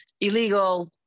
illegal